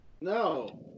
No